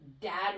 dad